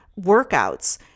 workouts